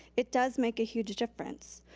it does make a huge difference.